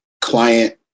client